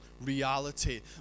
reality